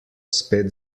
spet